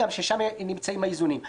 ששם נמצאים האיזונים.